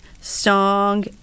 Song